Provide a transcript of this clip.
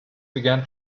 began